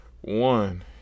one